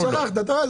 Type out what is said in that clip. שכחת, אתה רואה?